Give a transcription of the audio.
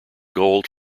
gold